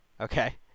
Okay